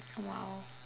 !wow!